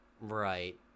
Right